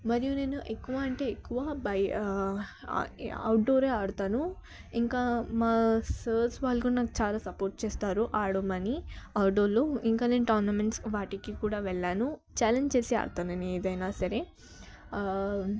మరియు నేను ఎక్కువ అంటే ఎక్కువ భయ అవుట్డోర్ ఆడుతాను ఇంకా మా సార్స్ వాళ్ళు కూడా నాకు చాలా సపోర్ట్ చేస్తారు ఆడమని అవుట్డోర్లో ఇంక నేను టౌర్నమెంట్స్ వాటికి కూడా వెళ్ళాను ఛాలెంజ్ చేసి ఆడతా నేను ఏదైనా సరే